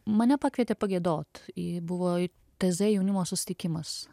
mane pakvietė pagiedot į buvo teze jaunimo susitikimas